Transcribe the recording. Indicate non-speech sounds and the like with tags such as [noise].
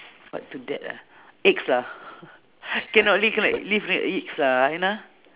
what to that uh eggs lah [laughs] [breath] cannot li~ cannot live without eggs lah you know